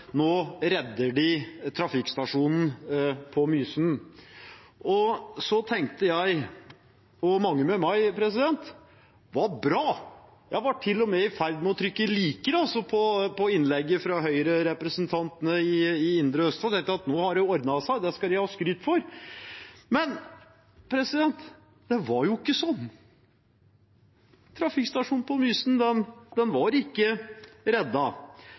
nå reddet de trafikkstasjonen på Mysen. Da tenkte jeg og mange med meg at det var bra. Jeg var til og med i ferd med å trykke «liker» på innlegget fra Høyre-representantene i Indre Østfold og tenkte at nå har det ordnet seg, og det skal de ha skryt for. Men det var jo ikke sånn. Trafikkstasjonen på Mysen var ikke